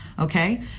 Okay